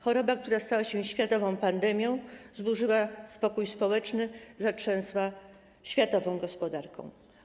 Choroba, która stała się światową pandemią, zburzyła spokój społeczny, zatrzęsła światową gospodarką.